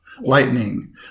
Lightning